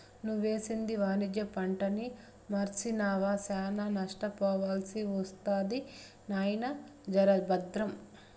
నువ్వేసింది వాణిజ్య పంటని మర్సినావా, శానా నష్టపోవాల్సి ఒస్తది నాయినా, జర బద్రం